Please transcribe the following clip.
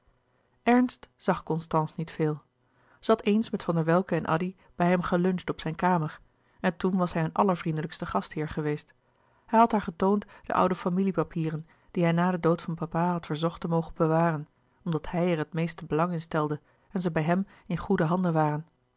zag constance niet veel zij had eens met van der welcke en addy bij hem geluncht op zijne kamer en toen was hij een allervriendelijkste gastheer geweest hij had haar getoond de oude familie-papieren die hij na den dood van papa had verzocht te mogen bewaren omdat hij er het meeste belang in stelde en ze bij hem in goede handen waren